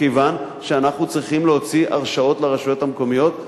מכיוון שאנחנו צריכים להוציא הרשאות לרשויות המקומיות.